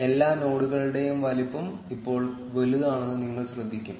എല്ലാ നോഡുകളുടെയും വലുപ്പം ഇപ്പോൾ വലുതാണെന്ന് നിങ്ങൾ ശ്രദ്ധിക്കും